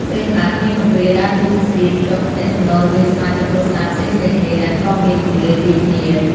ពេលខ្លះក្មេងកំព្រាដើរតួជាស្ពានភ្ជាប់ទំនាក់ទំនងរវាងសមាជិកគ្រួសារផ្សេងៗគ្នាដែលធ្លាប់មានគម្លាតពីគ្នា។